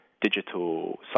digital